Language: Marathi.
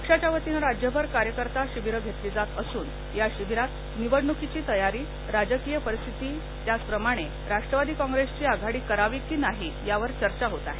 पक्षाच्यावतीने राज्यभर कार्यकर्ता शिविर घेतली जात असून या शिविरात निवडणुकीची तयारी राजकीय परिस्थिती त्याचप्रमाणे राष्ट्रवादी कॉंग्रेसशी आघाडी करावी किंवा नाही यावर ही चर्चा होत आहे